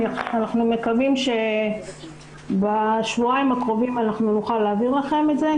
אנחנו מקווים שבשבועיים הקרובים נוכל להעביר לכם את זה.